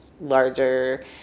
larger